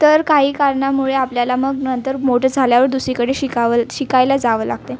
तर काही कारणामुळे आपल्याला मग नंतर मोठे झाल्यावर दुसरीकडे शिकावं शिकायला जावं लागते